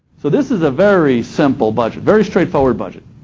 so this is a very simple budget, very straightforward budget.